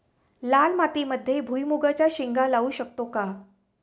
लाल मातीमध्ये भुईमुगाच्या शेंगा लावू शकतो का?